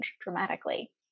dramatically